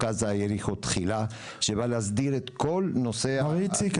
זה חוק שבא להסביר את כל נושא --- מר איציק,